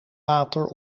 water